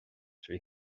trí